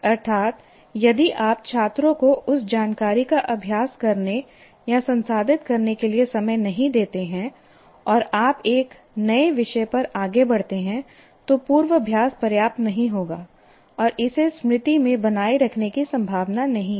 अर्थात् यदि आप छात्रों को उस जानकारी का अभ्यास करने या संसाधित करने के लिए समय नहीं देते हैं और आप एक नए विषय पर आगे बढ़ते हैं तो पूर्वाभ्यास पर्याप्त नहीं होगा और इसे स्मृति में बनाए रखने की संभावना नहीं है